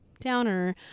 Downer